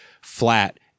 flat